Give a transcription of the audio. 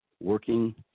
working